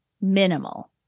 minimal